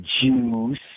juice